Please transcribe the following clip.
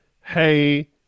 hey